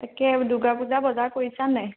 তাকে দুৰ্গা পূজা বজাৰ কৰিছা নে নাই